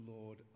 Lord